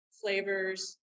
flavors